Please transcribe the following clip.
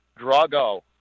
Drago